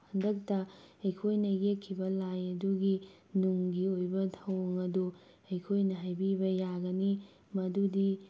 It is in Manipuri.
ꯍꯟꯗꯛꯇ ꯑꯩꯈꯣꯏꯅ ꯌꯦꯛꯈꯤꯕ ꯂꯥꯏ ꯑꯗꯨꯒꯤ ꯅꯨꯡꯒꯤ ꯑꯣꯏꯕ ꯊꯧꯑꯣꯡ ꯑꯗꯨ ꯑꯩꯈꯣꯏꯅ ꯍꯥꯏꯕꯤꯕ ꯌꯥꯒꯅꯤ ꯃꯗꯨꯗꯤ